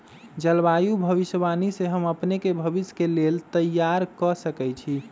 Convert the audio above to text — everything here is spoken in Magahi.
जलवायु भविष्यवाणी से हम अपने के भविष्य के लेल तइयार कऽ सकै छी